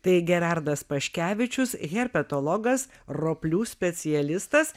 tai gerardas paškevičius herpetologas roplių specialistas